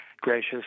gracious